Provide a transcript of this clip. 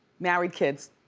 married, kids,